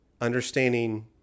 understanding